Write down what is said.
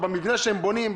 או במבנה שהם בונים,